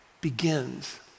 begins